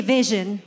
vision